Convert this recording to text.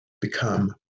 become